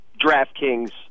DraftKings